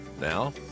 Now